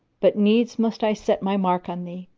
but needs must i set my mark on thee,